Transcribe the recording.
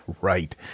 right